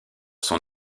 son